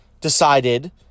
decided